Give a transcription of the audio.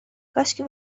کاشکی